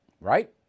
right